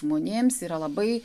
žmonėms yra labai